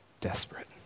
Desperate